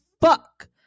fuck